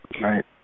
right